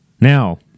Now